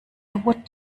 would